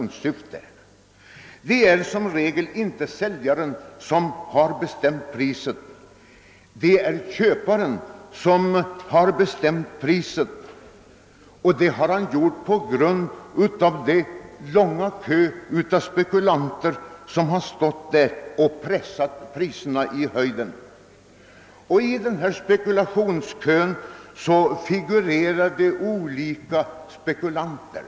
Som regel är det inte säljaren som bestämt priset utan köparen, och detta på grund av den långa kö av spekulanter som pressat priserna i höjden. I denna spekulationskö figurerar många olika slags spekulanter.